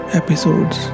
episodes